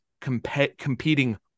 competing